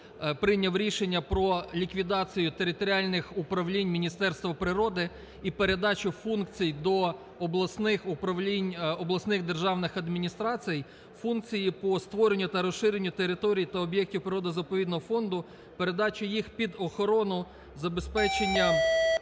прийняв рішення про ліквідацію територіальних управлінь Міністерства природи і передачу функцій до обласних управлінь обласних державних адміністрацій функції по створенню та розширенню територій та об'єктів природо-заповідного фонду, передачу їх під охорону забезпечення